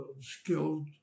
skilled